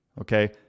okay